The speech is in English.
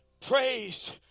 praise